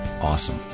Awesome